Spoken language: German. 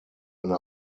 eine